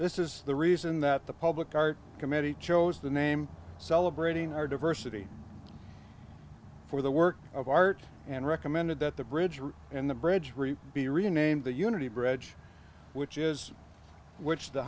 this is the reason that the public art committee chose the name celebrating our diversity for the work of art and recommended that the bridge room and the bridge really be renamed the unity bridge which is which the